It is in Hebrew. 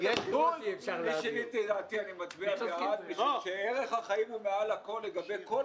שהיושב-ראש ישמע וגם שהאחרים ישמעו.